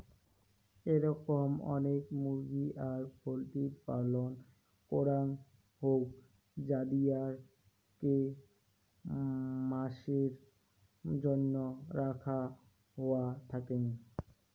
এরম অনেক মুরগি আর পোল্ট্রির পালন করাং হউক যাদিরকে মাসের জন্য রাখা হওয়া থাকেঙ